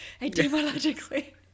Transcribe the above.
etymologically